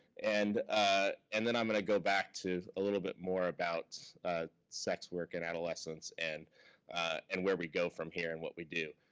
and ah and then i'm gonna go back to a little bit more about sex work and adolescents and and where we go from here and what we do.